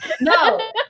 No